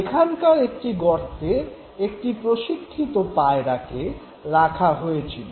এখানকার একটি গর্তে একটি প্রশিক্ষিত পায়রাকে রাখা হয়েছিল